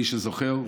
למי שזוכר.